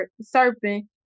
serpent